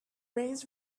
raised